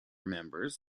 members